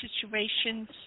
situations